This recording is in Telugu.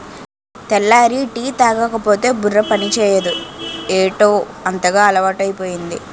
తెల్లారి టీ తాగకపోతే బుర్ర పనిచేయదు ఏటౌ అంతగా అలవాటైపోయింది